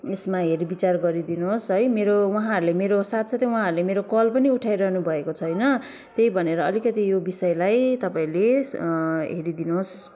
यसमा हेर विचार गरिदिनुहोस् है मेरो उहाँहरूले मेरो साथ साथै उहाँहरूले मेरो कल पनि उठाइरहनु भएको छैन त्यही भनेर अलिकति यो विषयलाई तपाईँहरूले हेरिदिनुहोस्